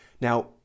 Now